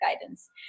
guidance